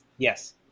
Yes